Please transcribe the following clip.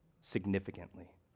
significantly